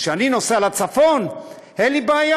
כשאני נוסע לצפון אין לי בעיה,